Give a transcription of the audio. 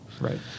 Right